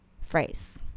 phrase